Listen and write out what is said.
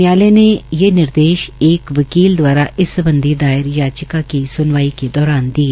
न्यायालय ने यह निर्देश एक वकील द्वारा दायर सम्बधी याचिका की सुनवाई के दौरान दिए